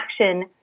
action